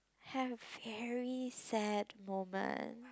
have very sad moment